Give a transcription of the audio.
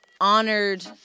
honored